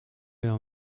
leur